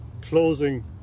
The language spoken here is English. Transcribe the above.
closing